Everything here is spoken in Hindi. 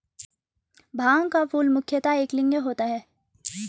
भांग का फूल मुख्यतः एकलिंगीय होता है